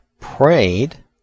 prayed